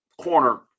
corner